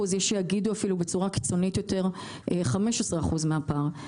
ויש שיגידו בצורה קיצונית יותר 15% מהפער.